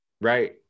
right